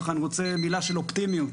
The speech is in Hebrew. אני רוצה מילה של אופטימיות,